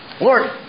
Lord